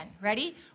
Ready